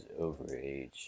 overage